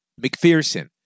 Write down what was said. McPherson